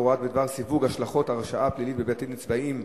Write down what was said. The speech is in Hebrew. הוראות בדבר סיוג השלכות הרשעה פלילית בבתי-דין צבאיים),